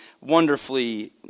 wonderfully